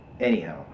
anyhow